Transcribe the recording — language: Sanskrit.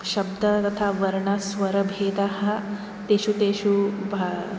शब्दः तथा वर्णः च स्वरभेदाः तेषु तेषु